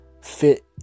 fit